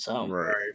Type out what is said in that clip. Right